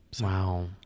Wow